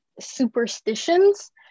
superstitions